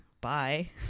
bye